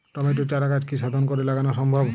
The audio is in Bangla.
টমেটোর চারাগাছ কি শোধন করে লাগানো সম্ভব?